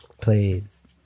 Please